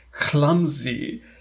clumsy